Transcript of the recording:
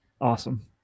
awesome